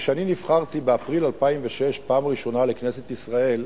כשאני נבחרתי באפריל 2006 בפעם הראשונה לכנסת ישראל,